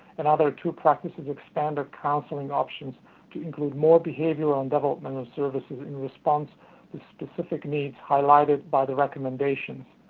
another two practices expanded counseling options to include more behavioral and developmental services, in response to specific needs highlighted by the recommendations.